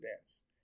dance